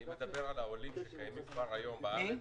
אני מדבר על העולים שקיימים היום בארץ.